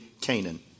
Canaan